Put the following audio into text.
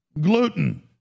gluten